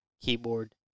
keyboard